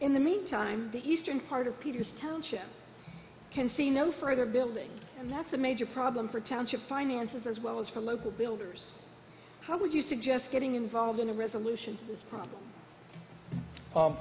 in the meantime the eastern part of peter's township can see no further building that's a major problem for township finances as well as for local builders how would you suggest getting involved in a resolution to this problem